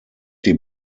die